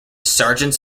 sergeants